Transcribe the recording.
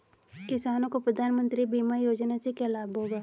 किसानों को प्रधानमंत्री बीमा योजना से क्या लाभ होगा?